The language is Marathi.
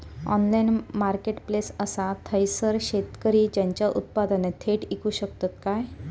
ऑनलाइन मार्केटप्लेस असा थयसर शेतकरी त्यांची उत्पादने थेट इकू शकतत काय?